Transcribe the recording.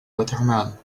watermelon